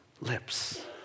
lips